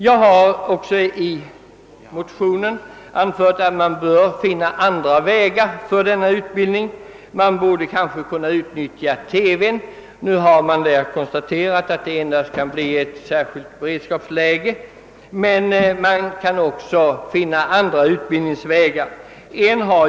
Jag har i motionen anfört att man bör försöka finna andra vägar för denna utbildning. Man borde enligt min mening kunna utnyttja TV. Utskottet har konstaterat att detta endast kan bli fallet i speciella situationer, t.ex. i ett skärpt utrikespolitiskt läge. Men också andra utbildningsmetoder kan användas.